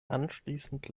anschließend